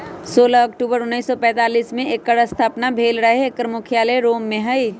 सोलह अक्टूबर उनइस सौ पैतालीस में एकर स्थापना भेल रहै एकर मुख्यालय रोम में हइ